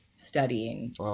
studying